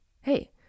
Hey